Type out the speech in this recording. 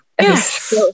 yes